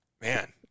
man